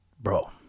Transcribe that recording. bro